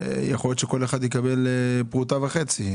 יכול להיות שכל אחת תקבל פרוטה וחצי.